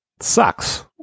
sucks